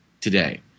today